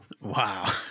Wow